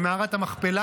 למערת המכפלה.